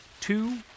two